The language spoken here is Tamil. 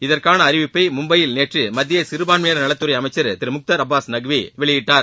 இதற்கான அறிவிப்பை மும்பையில் நேற்று மத்திய சிறுபான்மையினர் நலத்துறை அமைச்சர் திரு முக்தர் அப்பாஸ் நக்வி வெளியிட்டார்